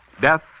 Death